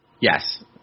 Yes